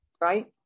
Right